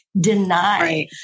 Deny